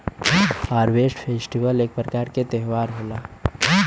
harvest festival एक प्रकार क त्यौहार होला